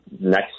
next